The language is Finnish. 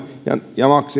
ja